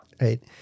Right